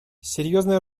серьезная